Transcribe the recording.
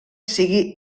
sigui